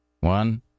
One